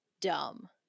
dumb